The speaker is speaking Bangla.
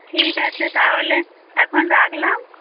ঠিক আছে তাহলে এখন রাখলাম